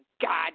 God